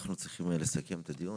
יצטרכו להזמין את הרופאה מהבית בחיפה.